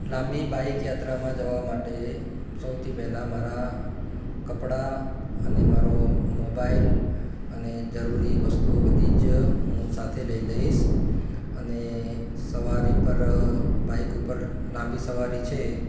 લાંબી બાઈક યાત્રામાં જવા માટે સૌથી પહેલાં મારાં કપડાં અને મારો મોબાઇલ અને જરૂરી વસ્તુઓ બધી જ હું સાથે લઇ લઈશ અને સવારી પર બાઈક ઉપર લાંબી સવારી છે